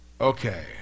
Okay